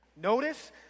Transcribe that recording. Notice